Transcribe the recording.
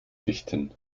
richten